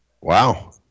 Wow